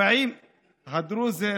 הדרוזים.